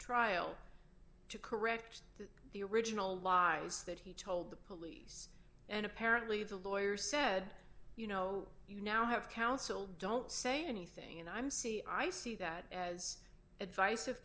trial to correct the original lies that he told the police and apparently the lawyer said you know you now have counsel don't say anything and i'm see i see that as advice of